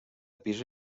pisa